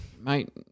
Mate